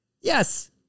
Yes